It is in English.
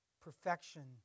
perfection